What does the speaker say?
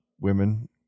women